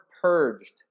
purged